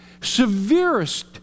severest